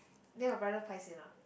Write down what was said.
then your brother paiseh or not